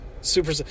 super